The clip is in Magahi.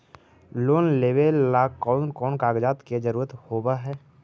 लोन लेबे ला कौन कौन कागजात के जरुरत होबे है?